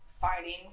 fighting